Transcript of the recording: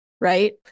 right